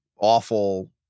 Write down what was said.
awful